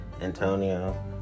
Antonio